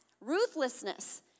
ruthlessness